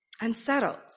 unsettled